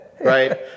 right